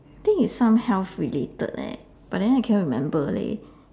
I think it's some health related leh but then I cannot remember leh